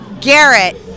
Garrett